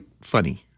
funny